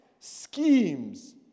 schemes